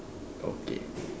okay